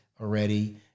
already